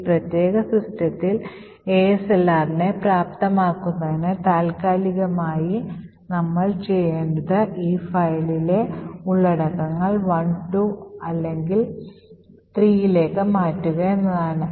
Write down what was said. ഈ പ്രത്യേക സിസ്റ്റത്തിൽ ASLRനെ പ്രാപ്തമാക്കുന്നതിന് താൽക്കാലികമായി നമ്മൾ ചെയ്യേണ്ടത് ഈ ഫയലിലെ ഉള്ളടക്കങ്ങൾ 1 2 അല്ലെങ്കിൽ 3 ലേക്ക് മാറ്റുക എന്നതാണ്